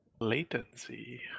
Latency